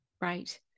Right